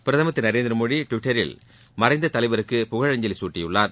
பிரதமா் திரு நரேந்திமோடி டுவிட்டரில் மறைந்த தலைவருக்கு புகழஞ்சலி சூட்டியுள்ளார்